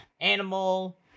animal